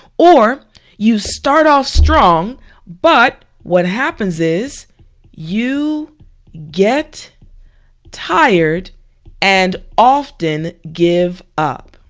or you start off strong but what happens is you get tired and often give up.